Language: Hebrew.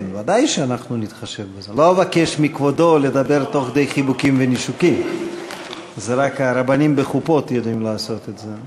חבר הכנסת זאב בנימין בגין, שעתך הגיעה.